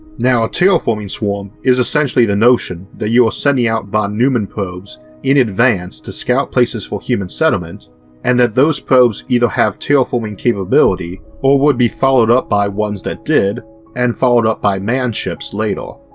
now a terraforming swarm is essentially the notion that you are sending out von neumann probes in advance to scout places for human settlement and that those probes either have terraforming capability or would be followed up by ones that did and followed up by manned ships later.